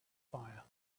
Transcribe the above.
fire